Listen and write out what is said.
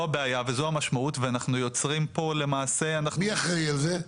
וזו המשמעות ואנחנו יוצרים פה למעשה --- מי אחראי על זה?